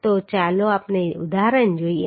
તો ચાલો આપણે ઉદાહરણ જોઈએ